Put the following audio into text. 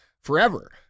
forever